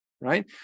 right